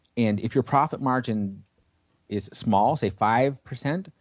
and if your profit margin is small say five percent,